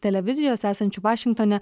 televizijos esančiu vašingtone